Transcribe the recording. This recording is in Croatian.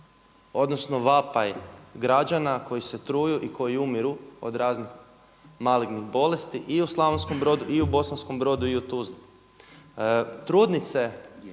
odnosno vapaj građana koji se truju i koji umiru od raznih malignih bolesti i Slavonskom Brodu i u Tuzli. Trudnice